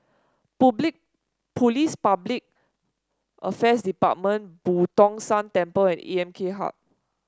Police Public Affairs Department Boo Tong San Temple and A M K Hub